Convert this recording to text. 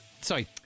Sorry